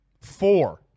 Four